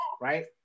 right